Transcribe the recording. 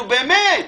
לא הגון.